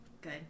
Good